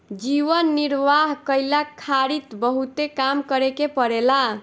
जीवन निर्वाह कईला खारित बहुते काम करे के पड़ेला